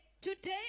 Today